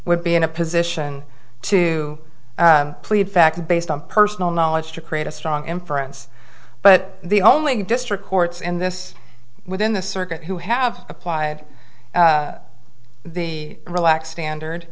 would be in a position to plead fact based on personal knowledge to create a strong inference but the only district courts in this within the circuit who have applied the relaxed standard